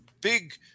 big